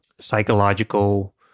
psychological